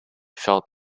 felt